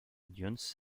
dunes